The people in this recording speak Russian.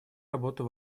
работу